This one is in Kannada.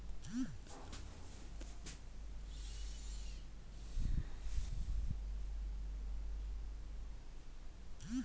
ಕೋಕೋ ಬೀಜಗಳನ್ನು ಸೂರ್ಯನ ಬಿಸಿಲಿನಲ್ಲಿ ಅಥವಾ ಡ್ರೈಯರ್ನಾ ಸಹಾಯದಿಂದ ಒಣಗಿಸಲಾಗುತ್ತದೆ